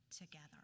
together